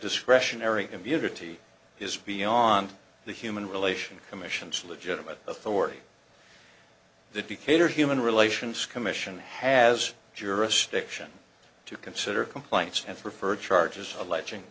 discretionary immunity is beyond the human relations commission sludge of an authority the decatur human relations commission has jurisdiction to consider complaints and preferred charges alleging